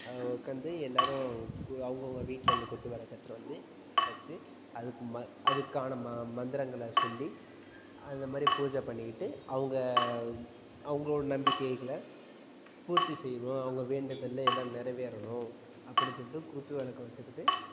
உட்காந்து எல்லோரும் க அவுங்கவங்க வீட்லேருந்து குத்துவிளக்கு எடுத்துட்டு வந்து வச்சு அதுக்கு ம அதுக்கான ம மந்திரங்களை சொல்லி அந்த மாதிரி பூஜை பண்ணிக்கிட்டு அவங்க அவங்ளோட நம்பிக்கைகளை பூர்த்தி செய்வோம் அவங்க வேண்டுதல் எல்லாம் நெறைவேறணும் அப்படின்னு சொல்லிட்டு குத்துவிளக்கு வச்சுக்கிட்டு